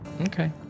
Okay